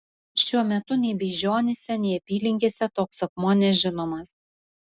šiuo metu nei beižionyse nei apylinkėse toks akmuo nežinomas